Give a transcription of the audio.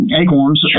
acorns